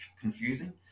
confusing